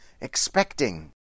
expecting